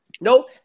Nope